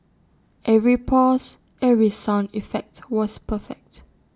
every pause every sound effect was perfect